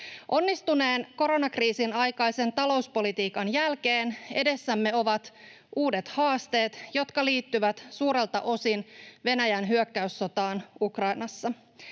Onnistuneen koronakriisin aikaisen talouspolitiikan jälkeen edessämme ovat uudet haasteet, jotka liittyvät suurelta osin Venäjän hyökkäyssotaan Ukrainassa.